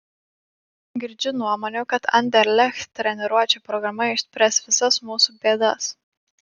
girdžiu nuomonių kad anderlecht treniruočių programa išspręs visas mūsų bėdas